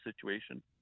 situation